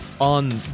on